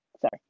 Sorry